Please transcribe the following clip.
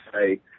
say